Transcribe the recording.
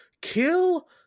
Kill